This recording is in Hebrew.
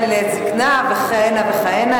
תשליכני לעת זיקנה" וכהנה וכהנה.